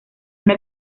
una